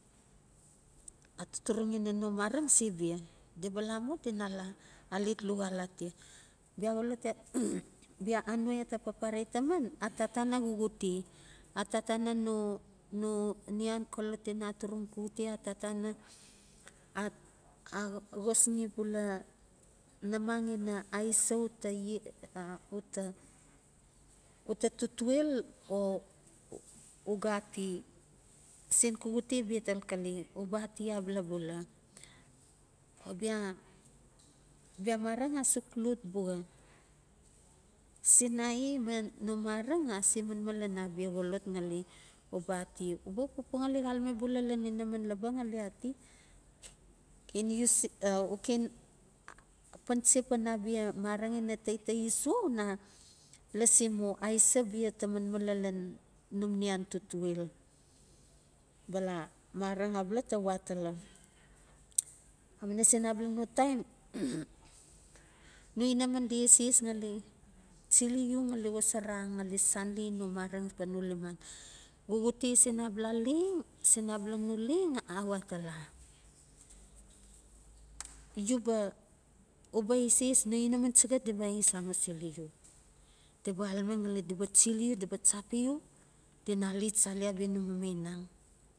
Atuturung ina no mareng se bia di ba la mu dina alet luxal atia bia xolot ya bia anua ya ta pahare taman a tatana xuxute a tatana no no nian xolot ina aturung xuxute a tatana a a xosxi bula namang ina aisa u ta yea uta uto tutuel o u ga ati sen xuxute bia bia ta xaxale u ati abala bula bia mareng a suk lot buxa si naye ma no mareng ase manman lan abia xolot ngali uba ati uba xap pupua ngali xalame lan inaman laba ngali ati u ken panchi pan abia mareng tonton sua una lasi mu aisa bia ta manman lan num nian tutuel. Bala mareng abala ta we atala, amuina sin abala no taim no inaman di eses ngali chili yo ngali xosora ngali sanli no mareng pan no liman xuxute sin abala leng sin abala no leng awe atala uba, uba eses no inaman chax di ba es amusili u, di ba xalame ngali di ba chili yu di ba chapiu di na alet chali abia no mamainang.